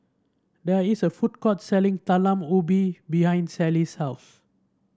there is a food court selling Talam Ubi behind Sallie's house